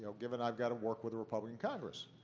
so given i've got to work with a republican congress.